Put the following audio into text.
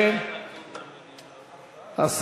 לדיון במליאה.